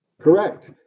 Correct